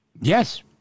Yes